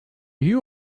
you